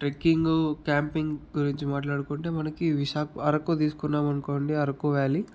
trekking camping గురించి మాట్లాడుకుంటే మనకు విశాఖ అరకు తీసుకోమనుకున్నాం అనుకోండి అరకు వ్యాలీ